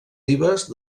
ribes